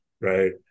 right